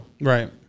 Right